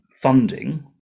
funding